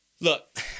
Look